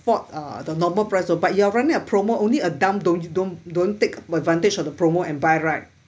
uh the normal price you know but you are running a promo only a dumb don't don't don't take advantage of the promo and buy right